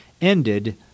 ended